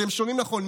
אתם שומעים נכון,